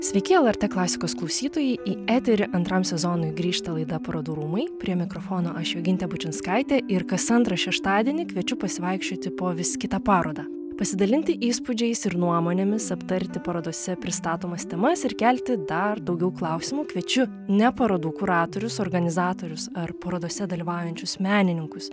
sveiki lrt klasikos klausytojai į eterį antram sezonui grįžta laida parodų rūmai prie mikrofono aš jogintė bučinskaitė ir kas antrą šeštadienį kviečiu pasivaikščioti po vis kitą parodą pasidalinti įspūdžiais ir nuomonėmis aptarti parodose pristatomas temas ir kelti dar daugiau klausimų kviečiu ne parodų kuratorius organizatorius ar parodose dalyvaujančius menininkus